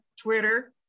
Twitter